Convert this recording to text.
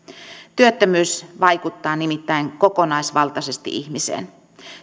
työttömyys vaikuttaa nimittäin kokonaisvaltaisesti ihmiseen